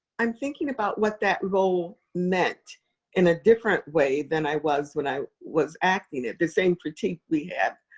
i'm thinking about what that role meant in a different way than i was when i was acting it. the same critique we have,